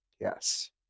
Yes